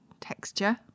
texture